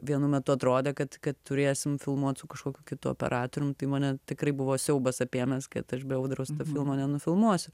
vienu metu atrodė kad kad turėsim filmuot su kažkokiu kitu operatorium tai mane tikrai buvo siaubas apėmęs kad aš be audriaus filmo nenufilmuosiu